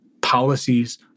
policies